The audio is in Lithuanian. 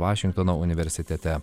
vašingtono universitete